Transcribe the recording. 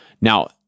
Now